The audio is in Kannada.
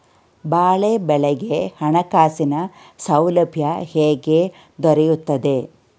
ಬಾಳೆ ಬೆಳೆಗೆ ಹಣಕಾಸಿನ ಸೌಲಭ್ಯ ಹೇಗೆ ದೊರೆಯುತ್ತದೆ?